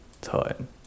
time